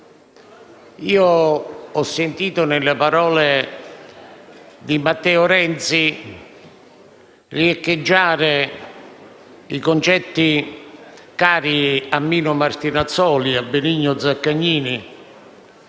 Ho sentito, nelle parole di Matteo Renzi, riecheggiare concetti cari a Mino Martinazzoli e a Benigno Zaccagnini